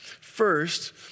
First